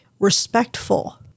respectful